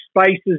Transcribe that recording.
spaces